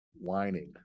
Whining